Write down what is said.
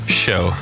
show